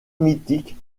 mythique